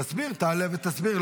תסביר, תעלה ותסביר.